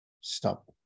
stop